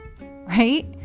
right